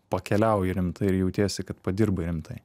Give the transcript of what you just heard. pakeliauji rimtai ir jautiesi kad padirbai rimtai